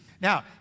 Now